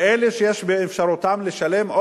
אלה שיש באפשרותם לשלם,